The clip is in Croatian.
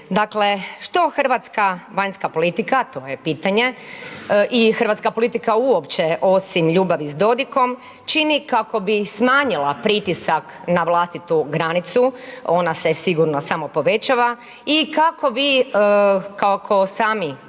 Dakle, što Hrvatska vanjska politika, to je pitanje i hrvatska politika uopće osim ljubavi s Dodikom čini kako bi smanjila pritisak na vlastitu granicu ona se sigurno samo povećava i kako vi kao sami